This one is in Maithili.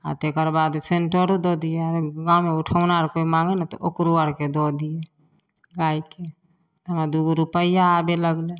आ तेकरबाद सेन्टरो दऽ दियै आर गाममे उठौना आर कोइ मांगै ने तऽ ओकरो आरके दऽ दियै पाइके तकरबाद दूगो रुपैयआ आबे लगलै